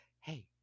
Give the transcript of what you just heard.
Hey